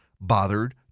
bothered